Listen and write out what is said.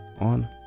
on